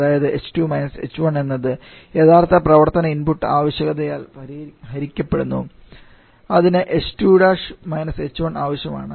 അതായത് h2 − h1 എന്നത് യഥാർത്ഥ പ്രവർത്തന ഇൻപുട്ട് ആവശ്യകതയാൽ ഹരിക്കപ്പെടുന്നു അതിന് h2 − h1 ആവശ്യമാണ്